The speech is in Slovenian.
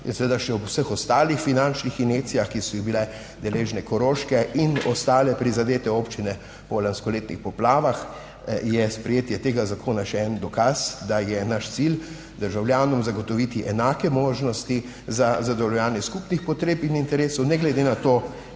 seveda še ob vseh ostalih finančnih injekcijah, ki so jih bile deležne koroške in ostale prizadete občine po lanskoletnih poplavah, je sprejetje tega zakona še en dokaz, da je naš cilj državljanom zagotoviti enake možnosti za zadovoljevanje skupnih potreb in interesov, ne glede na to,